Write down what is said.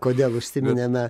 kodėl užsiminėme